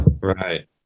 right